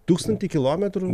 tūkstantį kilometrų